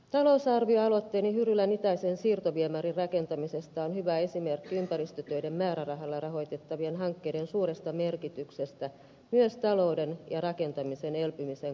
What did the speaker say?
talousarvioaloitteeni hyrylän itäisen siirtoviemärin rakentamisesta on hyvä esimerkki ympäristötöiden määrärahalla rahoitettavien hankkeiden suuresta merkityksestä myös talouden ja rakentamisen elpymisen kannalta